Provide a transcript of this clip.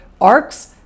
arcs